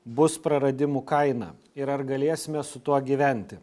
bus praradimų kaina ir ar galėsime su tuo gyventi